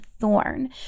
Thorn